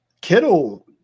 Kittle